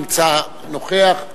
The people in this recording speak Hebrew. נוכח.